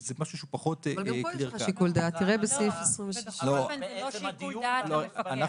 נוהל הוא משהו שהוא לא תמיד גלוי לציבור.